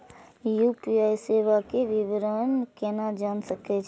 UPI सेवा के विवरण केना जान सके छी?